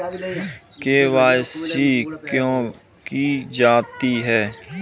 KYC क्यों की जाती है?